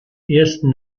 ersten